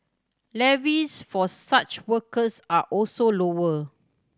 levies for such workers are also lower